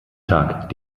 tag